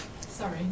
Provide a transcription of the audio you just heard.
Sorry